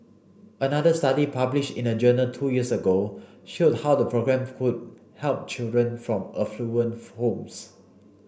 another study published in a journal two years ago showed how the programme could help children from affluent homes